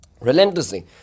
relentlessly